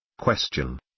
Question